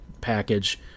package